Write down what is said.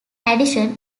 addition